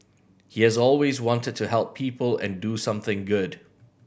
he has always wanted to help people and do something good